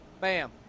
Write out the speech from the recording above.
bam